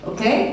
Okay